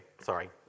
sorry